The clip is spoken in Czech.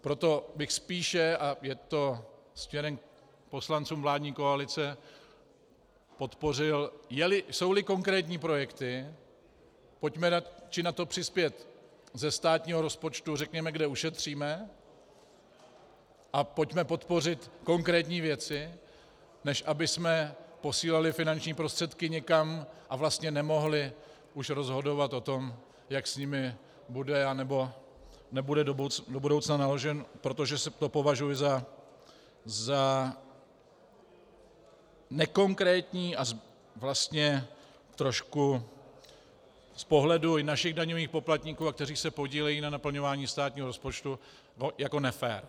Proto bych spíše a je to směrem k poslancům vládní koalice podpořil, jsouli konkrétní projekty, pojďme radši na to přispět ze státního rozpočtu, kde ušetříme, a pojďme podpořit konkrétní věci, než abychom posílali finanční prostředky někam a vlastně nemohli už rozhodovat o tom, jak s nimi bude nebo nebude do budoucna naloženo, protože to považuji za nekonkrétní a vlastně trošku z pohledu našich daňových poplatníků, těch, kteří se podílejí na naplňování státního rozpočtu, jako nefér.